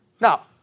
Now